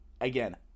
Again